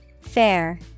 Fair